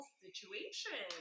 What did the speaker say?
situation